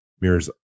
Mirrors